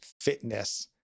fitness